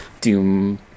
Doom